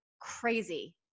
crazy